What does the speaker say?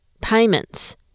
payments